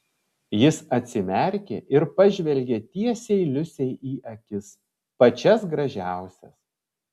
jis atsimerkė ir pažvelgė tiesiai liusei į akis pačias gražiausias